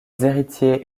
héritiers